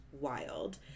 wild